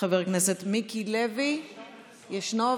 חבר הכנסת מיקי לוי, ישנו.